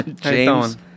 James